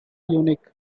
unique